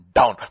down